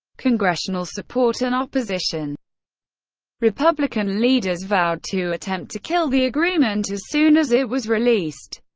congressional support and opposition republican leaders vowed to attempt to kill the agreement as soon as it was released,